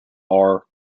are